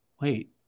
wait